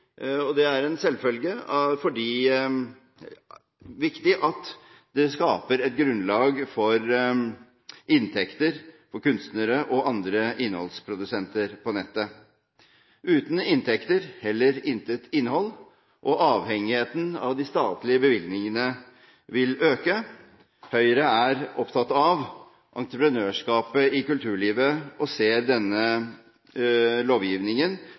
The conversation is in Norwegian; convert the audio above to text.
og det er en selvfølge, fordi det skaper et grunnlag for inntekter for kunstnere og andre innholdsprodusenter på nettet. Uten inntekter heller intet innhold, og avhengigheten av de statlige bevilgningene vil øke. Høyre er opptatt av entreprenørskapet i kulturlivet og ser denne lovgivningen